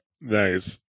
Nice